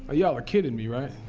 ah y'all are kidding me, right